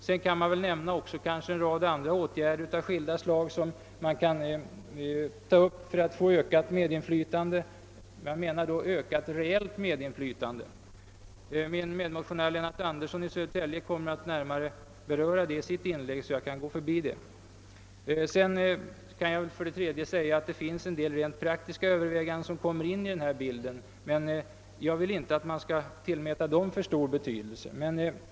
Jag kan också nämna en rad andra åtgärder av skilda slag för att få ökat medinflytande — jag menar då ökat reellt medinflytande. Min medmotionär Lennart Andersson i Södertälje kommer att närmare beröra det i sitt inlägg, så jag går förbi det. För det tredje kommer en del rent praktiska överväganden in i bilden, även om jag inte vill att man tillmäter dem alltför stor betydelse.